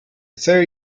ferry